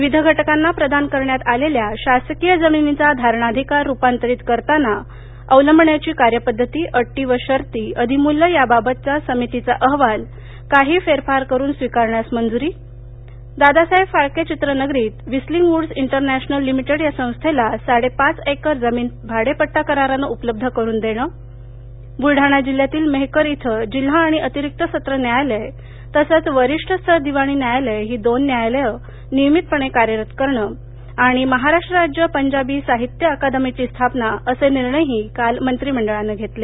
विविध घटकांना प्रदान करण्यात आलेल्या शासकीय जमिनींचा धारणाधिकार रुपांतरित करताना अवलंबण्याची कार्यपद्धती अटी व शर्ती अधिमूल्य याबाबतच्या समितीचा अहवाल काही फेरफार करुन स्वीकारण्यास मंजुरी दादासाहेब फाळके चित्रनगरीत Messrs Whistling Woods International Limited या संस्थेला साडेपाच एकर जमीन भाडेपट्टा करारानं उपलब्ध करुन देणं बुलडाणा जिल्ह्यातील मेहकर इथे जिल्हा आणि अतिरिक्त सत्र न्यायालय तसंच वरीष्ठ स्तर दिवाणी न्यायालय ही दोन न्यायालये नियमितपणे कार्यरत करणं आणि महाराष्ट्र राज्य पंजाबी साहित्य अकादमीची स्थापना असे निर्णयही मंत्रिमंडळानं काल घेतले